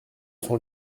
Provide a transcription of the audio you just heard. son